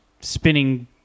spinning